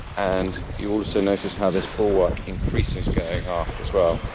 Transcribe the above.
and you also notice how this bulwark increases going aft as well.